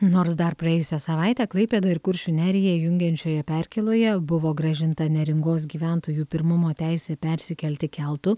nors dar praėjusią savaitę klaipėdą ir kuršių neriją jungiančioje perkėloje buvo grąžinta neringos gyventojų pirmumo teisė persikelti keltu